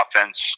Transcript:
offense